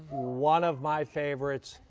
one of my favorites.